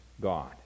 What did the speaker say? God